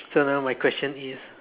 so now my question is